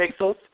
pixels